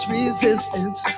resistance